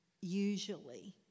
usually